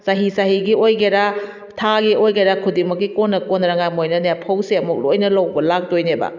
ꯆꯍꯤ ꯆꯍꯤꯒꯤ ꯑꯣꯏꯒꯦꯔꯥ ꯊꯥꯒꯤ ꯑꯣꯏꯒꯦꯔꯥ ꯈꯨꯗꯤꯡꯃꯛꯀꯤ ꯀꯣꯟꯅ ꯀꯣꯟꯅꯉꯥꯏ ꯃꯣꯏꯅꯅꯦ ꯐꯧꯁꯦ ꯑꯃꯨꯛ ꯂꯣꯏꯅ ꯂꯧꯕ ꯂꯥꯛꯇꯣꯏꯅꯦꯕ